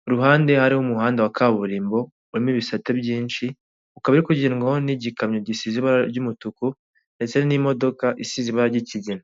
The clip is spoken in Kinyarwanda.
ku ruhande hariho umuhanda wa kaburimbo urimo ibisate byinshi ukaba uri kugendwaho n'igikamyo gisize ibara ry'umutuku ndetse n'imodoka isize ibara ry'ikigina.